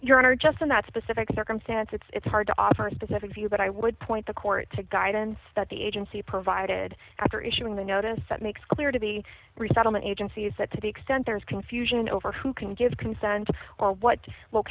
honor just in that specific circumstance it's hard to offer a specific view but i would point the court to guidance that the agency provided after issuing the notice that makes clear to the resettlement agencies that to the extent there is confusion over who can give consent or what will